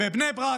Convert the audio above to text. בבני ברק,